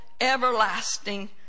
everlasting